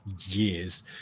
years